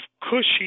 cushy